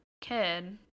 kid